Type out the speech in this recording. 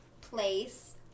place